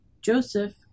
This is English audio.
Joseph